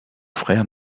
frère